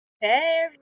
Hey